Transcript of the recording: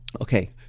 Okay